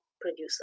producer